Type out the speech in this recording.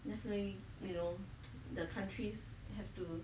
let's say you know the countries have to